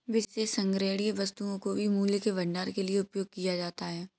विशेष संग्रहणीय वस्तुओं को भी मूल्य के भंडारण के लिए उपयोग किया जाता है